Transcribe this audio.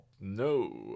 No